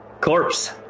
Corpse